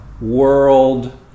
world